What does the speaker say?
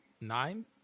nine